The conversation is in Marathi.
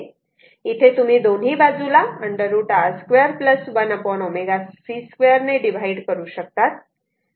इथे तुम्ही दोन्ही बाजूला √ R 2 1 ω c 2 ने डिव्हाइड करू शकतात